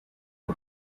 nka